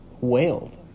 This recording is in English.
wailed